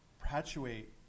perpetuate